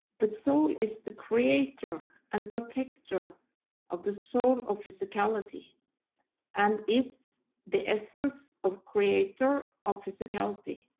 the soul is the creator and protector of the soul of physicality and is the essence of creator of physicality.